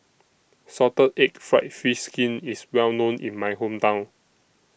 Salted Egg Fried Fish Skin IS Well known in My Hometown